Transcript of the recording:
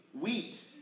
wheat